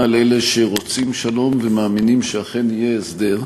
עם אלה שרוצים שלום ומאמינים שאכן יהיה הסדר.